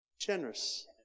Generous